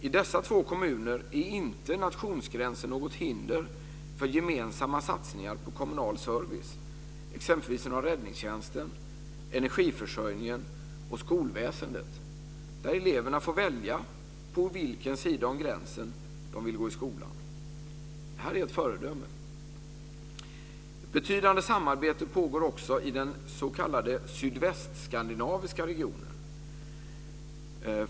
I dessa två kommuner är inte nationsgränsen något hinder för gemensamma satsningar på kommunal service, exempelvis inom räddningstjänsten, energiförsörjningen och skolväsendet. Eleverna får välja på vilken sida av gränsen de vill gå i skolan. Det här är ett föredöme. Ett betydande samarbete pågår också i den s.k. sydvästskandinaviska regionen.